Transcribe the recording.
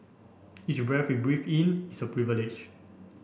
each breath we breathe in is a privilege